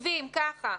כותבים ככה: